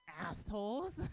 assholes